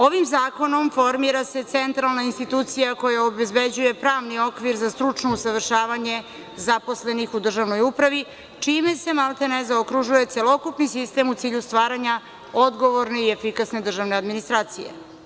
Ovim zakonom formira se centralna institucija koja obezbeđuje pravni okvir za stručno usavršavanje zaposlenih u državnoj upravi, čime se, maltene, zaokružuje celokupni sistem u cilju stvaranja odgovorne i efikasne državne administracije.